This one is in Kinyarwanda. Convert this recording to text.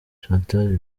chantal